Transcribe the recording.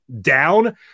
down